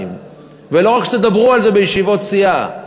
ושאתם לא רק תדברו על זה בישיבות סיעה.